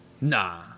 Nah